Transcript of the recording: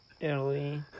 Italy